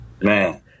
Man